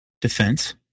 defense